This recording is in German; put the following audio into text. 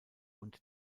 und